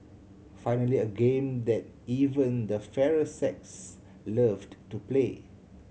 finally a game that even the fairer sex loved to play